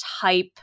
type